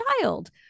child